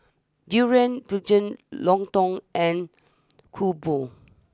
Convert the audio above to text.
Durian Pengat Lontong and Kuih Bom